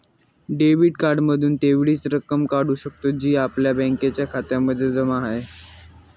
debit card मधून तेवढीच रक्कम काढू शकतो, जी आपल्या बँकेच्या खात्यामध्ये जमा आहे